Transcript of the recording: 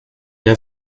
der